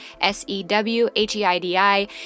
s-e-w-h-e-i-d-i